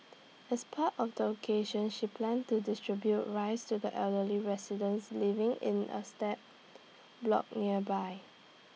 as part of the occasion she planned to distribute rice to the elderly residents living in A slab block nearby